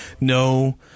No